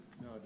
No